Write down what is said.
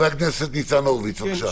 בבקשה.